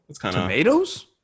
Tomatoes